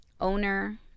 owner